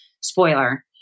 spoiler